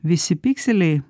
visi pikseliai